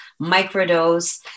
microdose